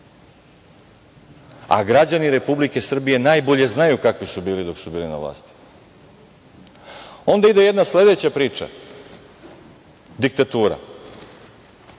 a građani Republike Srbije najbolje znaju kakvi su bili dok su bili na vlasti. Onda ide jedna sledeća priča - diktaturra.